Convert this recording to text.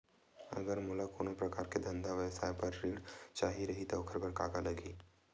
अगर मोला कोनो प्रकार के धंधा व्यवसाय पर ऋण चाही रहि त ओखर बर का का लगही?